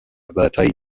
bataille